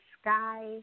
sky